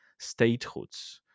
statehoods